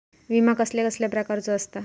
विमा कसल्या कसल्या प्रकारचो असता?